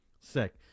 Sick